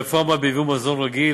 הרפורמה בייבוא מזון רגיל,